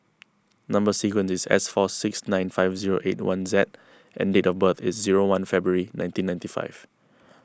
Number Sequence is S four six nine five zero eight one Z and date of birth is zero one February nineteen ninety five